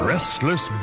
Restless